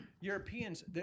Europeans